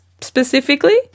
specifically